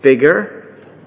bigger